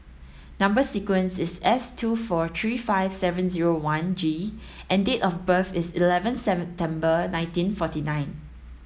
number sequence is S two four three five seven zero one G and date of birth is eleven seven nineteen forty nine